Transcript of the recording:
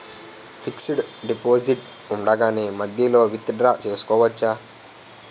Fixed deposit ఉండగానే మధ్యలో withdraw చేసుకోవచ్చా?